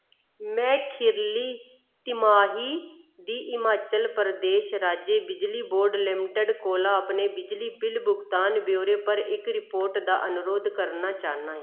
मैं खीरली तिमाही दी हिमाचल प्रदेश राज्य बिजली बोर्ड लिमिटड कोला अपने बिजली बिल भुगतान ब्यौरे पर इक रिपोर्ट दा अनुरोध करना चाह्न्नां